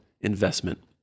investment